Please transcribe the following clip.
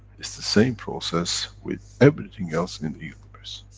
it's the same process with everything else in the universe.